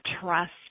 trust